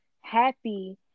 happy